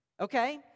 Okay